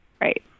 Right